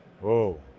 Whoa